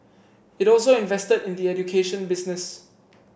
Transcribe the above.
it also invested in the education business